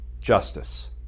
justice